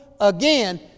again